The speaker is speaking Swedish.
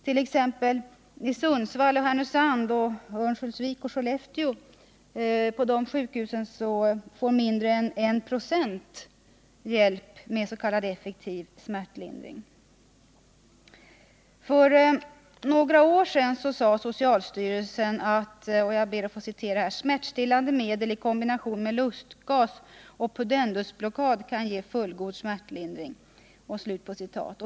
På sjukhusen i Sundsvall, Härnösand, Örnsköldsvik och Sollefteå får mindre än en procent hjälp med s.k. effektiv smärtlindring. För några år sedan sade socialstyrelsen att ”smärtstillande medel i kombination med lustgas och pudendusblockad kan ge fullgod smärtlind ring”.